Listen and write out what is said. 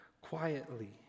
quietly